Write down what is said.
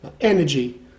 energy